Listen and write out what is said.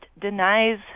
denies